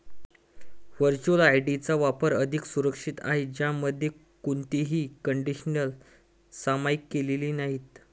virtual ID चा वापर अधिक सुरक्षित आहे, ज्यामध्ये कोणतीही क्रेडेन्शियल्स सामायिक केलेली नाहीत